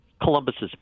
Columbus's